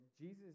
Jesus